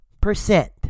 percent